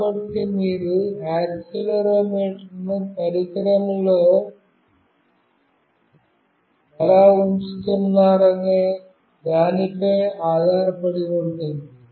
కాబట్టి మీరు యాక్సిలెరోమీటర్ను పరికరంలో ఎలా ఉంచుతున్నారనే దానిపై ఆధారపడి ఉంటుంది